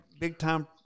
big-time